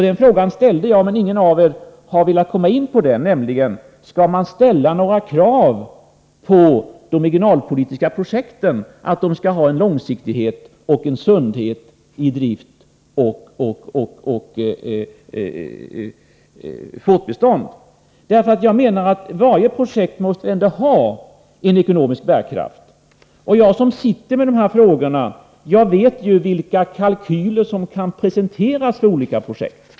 Jag har ställt en fråga, men ingen av talarna hittills har velat gå in på den saken. Jag frågade nämligen: Skall man ställa kravet på de regionalpolitiska projekten att de är långsiktiga och har en sundhet i fråga om drift och fortbestånd? Jag menar att varje projekt ändå måste ha ekonomisk bärkraft. Jag som är ansvarig för dessa frågor vet vilka kalkyler som kan presenteras för olika projekt.